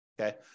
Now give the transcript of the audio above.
okay